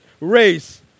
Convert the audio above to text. race